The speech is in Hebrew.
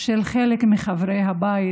של חלק מחברי הבית.